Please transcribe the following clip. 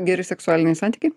geri seksualiniai santykiai